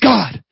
God